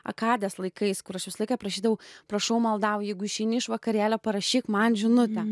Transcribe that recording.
akadės laikais kur aš visą laiką prašydavau prašau maldauju jeigu išeini iš vakarėlio parašyk man žinutę